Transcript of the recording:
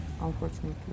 unfortunately